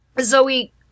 zoe